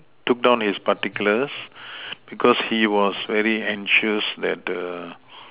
took down his particulars because he was very anxious that err